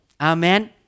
Amen